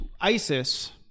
ISIS